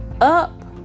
Up